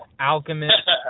Alchemist